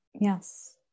Yes